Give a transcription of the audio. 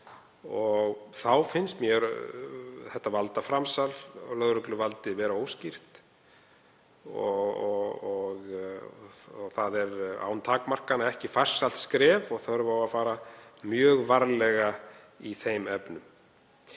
Þá finnst mér þetta valdaframsal á lögregluvaldi vera óskýrt og það er án takmarkana ekki farsælt skref og þörf á að fara mjög varlega í þeim efnum.